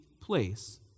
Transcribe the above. place